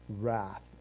wrath